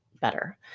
better